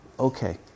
Okay